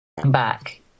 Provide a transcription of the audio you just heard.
back